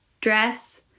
dress